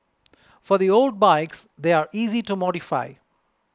for the old bikes they're easy to modify